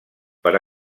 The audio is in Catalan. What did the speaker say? per